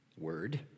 word